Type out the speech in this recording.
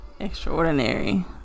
extraordinary